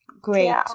Great